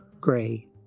Gray